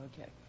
Okay